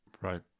Right